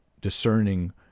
discerning